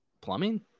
plumbing